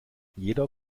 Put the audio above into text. jeder